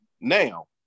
now